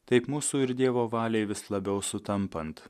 taip mūsų ir dievo valiai vis labiau sutampant